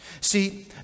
See